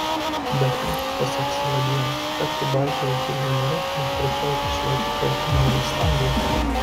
be to pasak saladžienės tapti baltijos biržų nare ir prekiauti šioje rinkoje nori islandija